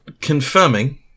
confirming